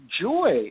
joy